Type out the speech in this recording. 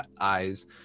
eyes